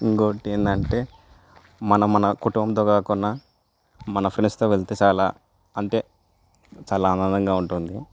ఇంకోటి ఏందంటే మనం మన కుటుంబంతో కాకుండా మన ఫ్రెండ్స్తో వెళ్తే చాలా అంటే చాలా ఆనందంగా ఉంటుంది